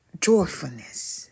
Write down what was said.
joyfulness